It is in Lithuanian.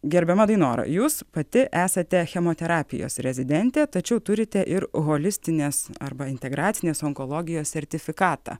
gerbiama dainora jūs pati esate chemoterapijos rezidentė tačiau turite ir holistinės arba integracinės onkologijos sertifikatą